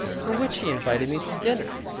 for which he invited me to dinner.